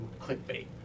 clickbait